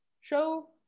show